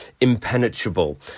impenetrable